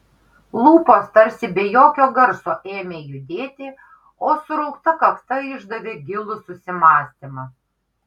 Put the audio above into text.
lūpos tarsi be jokio garso ėmė judėti o suraukta kakta išdavė gilų susimąstymą